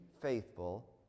faithful